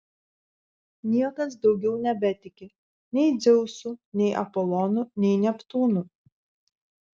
niekas daugiau nebetiki nei dzeusu nei apolonu nei neptūnu